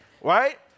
right